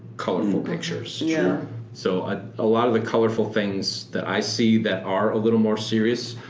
colorful pictures. yeah so ah a lot of the colorful things that i see that are a little more serious,